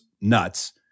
nuts